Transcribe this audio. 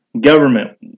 government